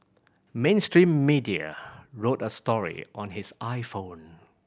mainstream media wrote a story on his iPhone